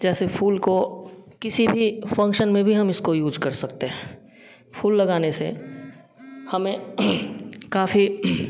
जैसे फूल को किसी भी फंक्शन में भी इसको यूज कर सकते हैं फूल लगाने से हमें काफ़ी